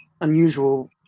unusual